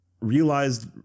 realized